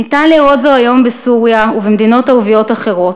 ניתן לראות זאת היום בסוריה ובמדינות ערביות אחרות.